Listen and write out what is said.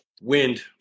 Wind